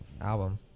album